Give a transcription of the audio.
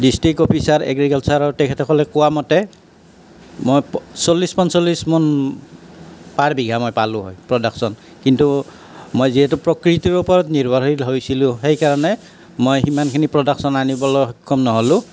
district officer এগ্ৰিকালচাৰৰ তেখেতসকলে কোৱামতে মই চল্লিছ পঞ্চল্লিছ মোন পাৰ বিঘা মই পালোঁ হয় প্ৰডাকশ্যন কিন্তু মই যিহেটো প্ৰকৃতিৰ ওপৰত নিৰ্ভৰশীল হৈছিলোঁ সেইকাৰণে মই সিমানখিনি প্ৰডাকশ্যন আনিবলৈ সক্ষম নহ'লোঁ